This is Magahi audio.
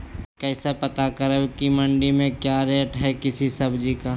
कैसे पता करब की मंडी में क्या रेट है किसी सब्जी का?